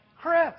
Chris